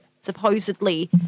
supposedly